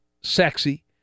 sexy